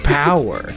power